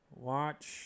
watch